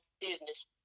business